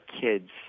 kids